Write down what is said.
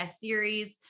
series